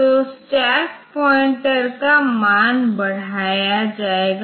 तो stack pointer का मान बढ़ाया जाएगा